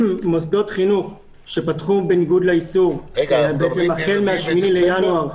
מוסדות חינוך שפתחו בניגוד לאיסור החל מ-8 בינואר,